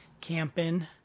camping